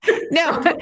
No